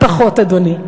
פחות, אדוני.